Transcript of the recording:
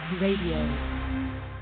Radio